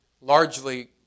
largely